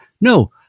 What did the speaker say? no